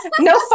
No